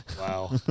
Wow